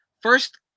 First